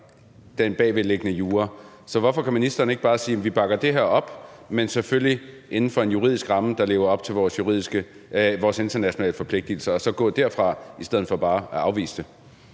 den bagvedliggende jura. Så hvorfor kan ministeren ikke bare sige, at man bakker det her op, men selvfølgelig inden for en juridisk ramme, der lever op til vores internationale forpligtelser, og så gå ud fra det i stedet for bare at afvise det?